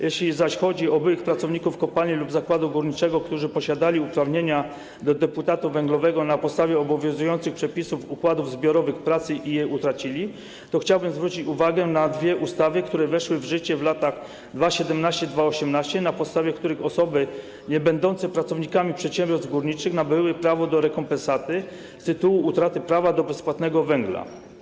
Jeśli zaś chodzi o byłych pracowników kopalni lub zakładu górniczego, którzy posiadali uprawnienia do deputatu węglowego na podstawie obowiązujących przepisów układów zbiorowych pracy i je utracili, to chciałbym zwrócić uwagę na dwie ustawy, które weszły w życie w latach 2017–2018, na podstawie których osoby niebędące pracownikami przedsiębiorstw górniczych nabyły prawo do rekompensaty z tytułu utraty prawa do bezpłatnego węgla.